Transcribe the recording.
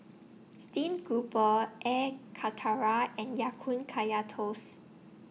Steamed Grouper Air Karthira and Ya Kun Kaya Toast